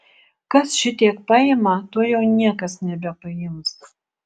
kas šitiek paima to jau niekas nebepaims